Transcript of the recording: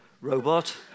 robot